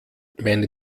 meine